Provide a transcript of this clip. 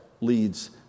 leads